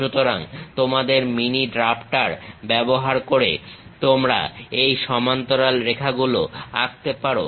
সুতরাং তোমাদের mini drafter ব্যবহার করে তোমরা এই সমান্তরাল রেখাগুলো আঁকতে পারো